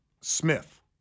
Smith